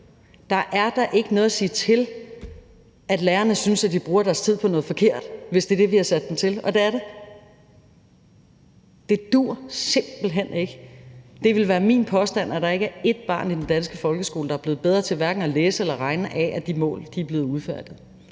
er der da ikke noget at sige til, at lærerne synes, at de bruger deres tid på noget forkert, hvis det er det, vi har sat dem til, og det er det. Det duer simpelt hen ikke. Det vil være min påstand, at der ikke er ét barn i den danske folkeskole, der er blevet bedre til at læse eller regne af, at de mål er blevet udfærdiget.